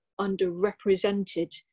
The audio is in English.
underrepresented